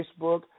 Facebook